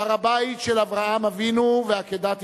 הר-הבית של אברהם אבינו ועקדת יצחק,